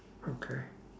okay